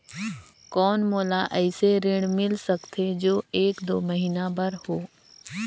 कौन मोला अइसे ऋण मिल सकथे जो एक दो महीना बर हो?